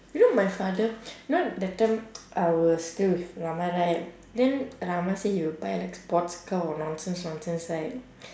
you know my father you know that time I was still with ramah right then ramah say he will buy like sports car or nonsense nonsense right